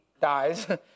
dies